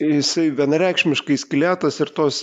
jisai vienareikšmiškai skylėtas ir tos